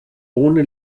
ohne